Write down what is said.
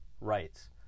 rights